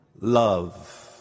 love